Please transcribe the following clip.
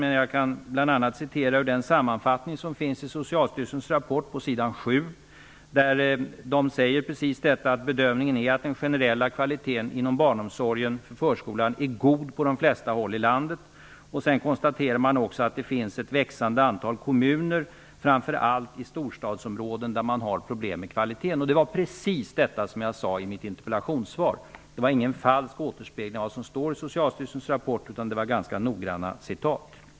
Men jag kan bl.a. citera ut den sammanfattning som finns i Socialstyrelsens rapport på s. 7. Där framgår det att bedömningen är att den generella kvaliteten inom barnomsorgen och förskolan är god på de flesta håll i landet. Sedan konstaterar Socialstyrelsen att det också finns ett växande antal kommuner, framför allt i storstadsområdena, där det är problem med kvaliteten. Det är precis vad jag sade i mitt interpellationssvar. Det var ingen falsk återspegling av vad som står i Socialstyrelsens rapport utan ganska noggranna citat.